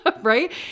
right